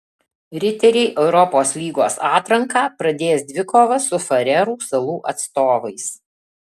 riteriai europos lygos atranką pradės dvikova su farerų salų atstovais